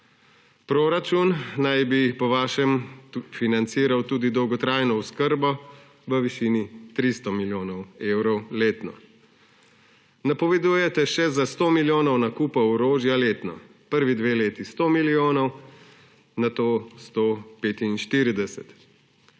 Proračun naj bi po vašem financiral tudi dolgotrajno oskrbo v višini 300 milijonov evrov letno. Napovedujete še za 100 milijonov nakupa orožja letno, prvi dve leti 100 milijonov, nato 145. Prisilno